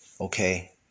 Okay